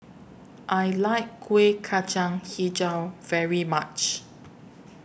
I like Kuih Kacang Hijau very much